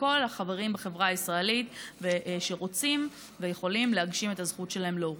וכל החברים בחברה הישראלית שרוצים ויכולים להגשים את הזכות שלהם להורות.